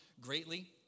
greatly